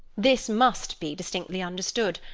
this must be distinctly understood,